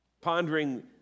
pondering